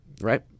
Right